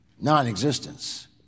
non-existence